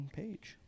page